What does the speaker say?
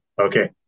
Okay